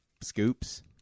Scoops